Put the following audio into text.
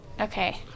Okay